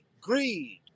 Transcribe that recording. Greed